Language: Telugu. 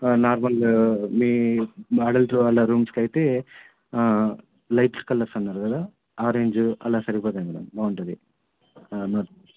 నార్మల్ మీ మా అడల్ట్ వాళ్ళ రూమ్స్కి అయితే లైట్ కలర్స్ అన్నారు కదా ఆరెంజ్ అలా సరిపోతాయి మేడం బాగుంటుంది